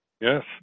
yes